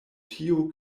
tio